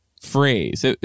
phrase